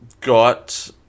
got